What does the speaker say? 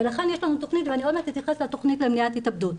ולכן יש לנו תכנית ועוד מעט אתייחס לתכנית למניעת התאבדות.